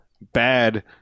bad